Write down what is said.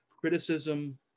criticism